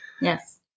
Yes